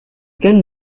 can